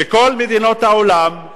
שכל מדינות העולם,